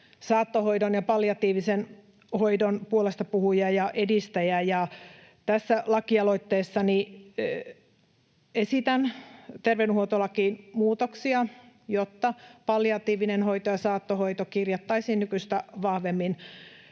saattohoidon ja palliatiivisen hoidon puolestapuhuja ja edistäjä. Tässä lakialoitteessani esitän terveydenhuoltolakiin muutoksia, jotta palliatiivinen hoito ja saattohoito kirjattaisiin nykyistä vahvemmin